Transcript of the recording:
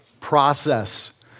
process